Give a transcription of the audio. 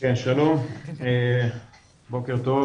כן, שלום, בוקר טוב